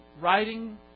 writing